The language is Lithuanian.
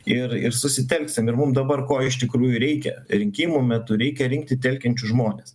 ir ir susitelksim ir mum dabar ko iš tikrųjų reikia rinkimų metu reikia rinkti telkiančius žmones